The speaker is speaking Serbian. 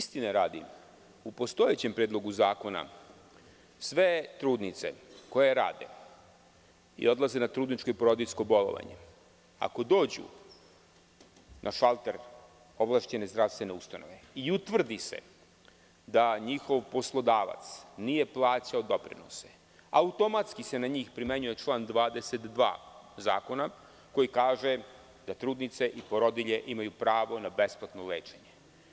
Istine radi, u postojećem Predlogu zakona, sve trudnice koje rade i odlaze na trudničko i porodiljsko bolovanje, ako dođu na šalter ovlašćene zdravstvene ustanove i utvrdi se da njihov poslodavac nije plaćao doprinose, automatski se na njih primenjuje član 22. zakona, koji kaže da trudnice i porodilje imaju pravo na besplatno lečenje.